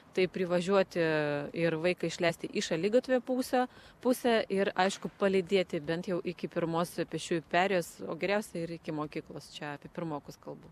tai privažiuoti ir vaiką išleisti į šaligatvio pusę pusę ir aišku palydėti bent jau iki pirmos pėsčiųjų perėjos o geriausia ir iki mokyklos čia apie pirmokus kalbu